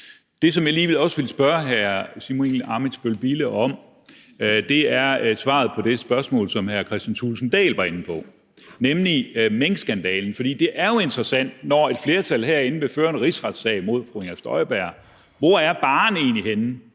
Det, som jeg også lige vil spørge hr. Simon Emil Ammitzbøll-Bille om, er i forhold til det spørgsmål, som hr. Kristian Thulesen Dahl var inde på, nemlig minkskandalen. For det er jo interessant, når et flertal herinde vil føre en rigsretssag mod fru Inger Støjberg. Hvor er barren egentlig henne,